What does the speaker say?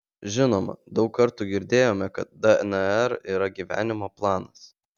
žinoma daug kartų girdėjome kad dnr yra gyvenimo planas